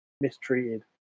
mistreated